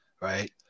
right